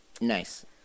Nice